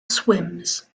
swims